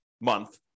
month